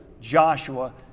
Joshua